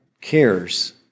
cares